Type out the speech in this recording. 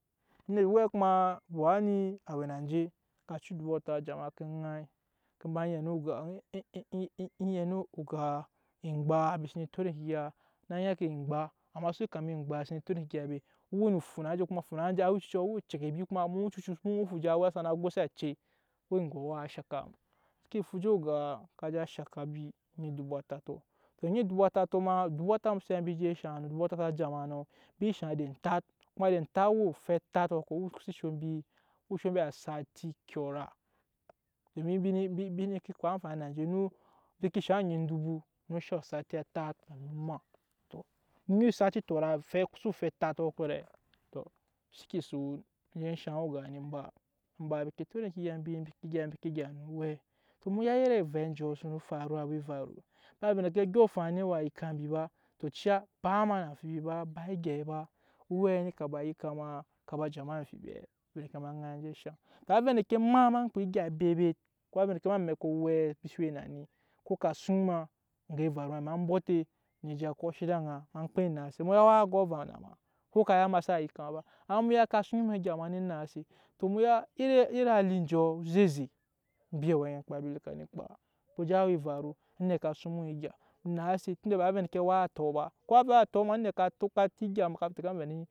Ni wɛ kuma wa ni a we na je, a cu adubu atat a ja ma ke ŋai ke ba yɛn oŋgaa egba mbi sene tot eŋke egya á naa nyina ŋke omgba amma xso we kama omgba embi senee tot eŋke egya be o we ne ofuna enje kuma ofuna enje awa ecucu a we ecɔkɔbi kuma muɔ cucu fu je awa sana goisi acei o we egoɔ á shaka mu mbi ke fu je oŋgaa á ka je shaka mbi onyi adubu atatɔ onyi adubu atatɔ ma adubu atatɔ mu sa ya a sa ja ma nɔ mbi shaŋ ede tat kuma ede tat o we afɛ tatɔ ko xso sho mbi o woo sho mbi asati kyɔra domin mbi nee kpa amfani mbi ke shaŋ onyi dubu o no sho asati tat nanci kamin omaa embi ke son je shaŋ oŋga ne ba in ba embi ke tot eŋke egya mbi embi ke gya no owɛɛ tɔ mu ya iri avɛ njɔ sana fara awa evaru ma vɛ odyɔŋ afaŋ eni waa yika mbi ba tɔ ciya ba ma na amfibi ba ba egyɛi ba owɛɛ ni ka ba yika ma ka ba ja ma amfibiɛ bete ma ke ŋai enje shaŋ. tɔ avɛ endeke ema ma kpa egya ŋke bebet ko a avɛ endeke amɛkɔ owɛ mbi se we na ni ko ka suŋ ma oŋge evaru ma bɔte ba koshe ede aŋa ma kpɛ enaase mu ya waa go avam na ma ko ka dan xsa yika ma ba amma mu ya ka suŋ ma egya ma neen naase tɔ mu ya iri hali enjɔ ze ze embi awɛ anyankpa lika neen kpa mbi je awa evaru onet ka suŋ mu egya naase tunda bawai endeke vɛɛ waa tɔ ba ko a vɛ a tɔ ma onet ka tokpa ti egya mu na tɛka mu ni go.